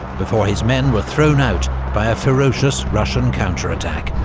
before his men were thrown out by a ferocious russian counterattack.